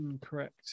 Correct